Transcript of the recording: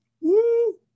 Woo